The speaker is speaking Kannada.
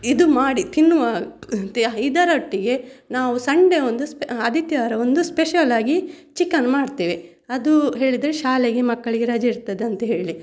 ಇದು ಮಾಡಿ ತಿನ್ನುವ ಇದರೊಟ್ಟಿಗೆ ನಾವು ಸಂಡೇ ಒಂದು ಸ್ಪೆ ಆದಿತ್ಯವಾರ ಒಂದು ಸ್ಪೆಷಲ್ ಆಗಿ ಚಿಕನ್ ಮಾಡ್ತೇವೆ ಅದು ಹೇಳಿದರೆ ಶಾಲೆಗೆ ಮಕ್ಕಳಿಗೆ ರಜೆ ಇರ್ತದಂತ ಹೇಳಿ